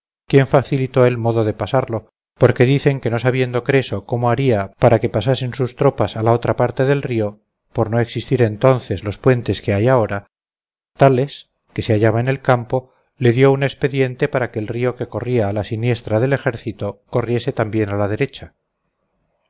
quien le facilitó el modo de pasarlo porque dicen que no sabiendo creso cómo haría para que pasasen sus tropas a la otra parte del río por no existir entonces los puentes que hay ahora thales que se hallaba en el campo le dio un expediente para que el río que corría a la siniestra del ejército corriese también a la derecha